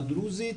הדרוזית,